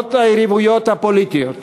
למרות היריבויות הפוליטיות,